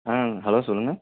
ஆ hello சொல்லுங்கள்